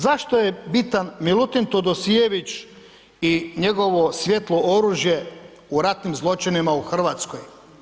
Zašto je bitan Milutin Todosijević i njegovo svijetlo oružje u ratnim zločinima u Hrvatskoj.